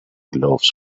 gloves